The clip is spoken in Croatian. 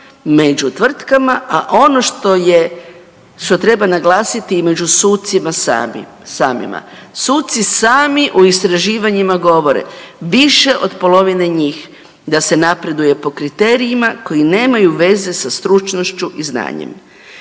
među tvrtkama, a ono što je, što treba naglasiti, i među sucima samima. Suci sami u istraživanjima govore, više od polovine njih, da se napreduje po kriterijima koji nemaju veze sa stručnošću i znanjem.